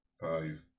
Five